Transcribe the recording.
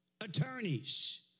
attorneys